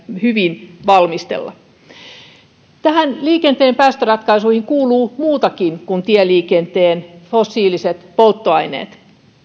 hyvin valmistella liikenteen päästöratkaisuihin kuuluu muutakin kuin tieliikenteen fossiiliset polttoaineet